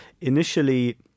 initially